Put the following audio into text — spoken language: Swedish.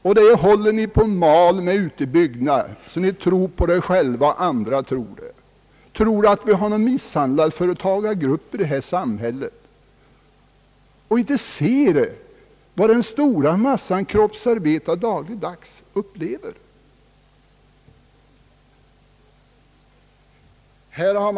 Och det håller ni på och mal med ute i bygderna, så att ni tror på det själva och så att andra tror det — tror att vi har misshandlade företagargrupper i detta samhälle och inte ser vad den stora massan kroppsarbetare upplever dagligdags.